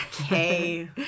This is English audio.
Okay